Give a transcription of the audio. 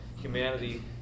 humanity